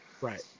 right